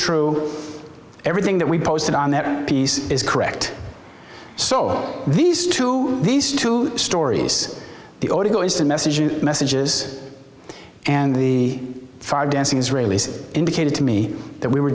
true everything that we posted on that piece is correct so these two these two stories the audio is the message and messages and the five dancing israelis indicated to me that we were